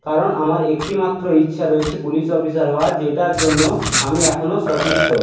কারণ আমার একটিমাত্র ইচ্ছা রয়েছে পুলিশ অফিসার হওয়ার যেটার জন্য আমি এখনও সচেষ্ট